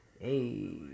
Hey